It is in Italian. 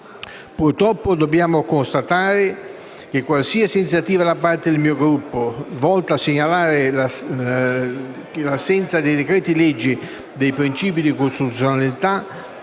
Purtroppo dobbiamo constatare che qualsiasi iniziativa da parte del mio Gruppo volta a segnalare l'assenza dei principi di costituzionalità